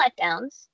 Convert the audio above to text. letdowns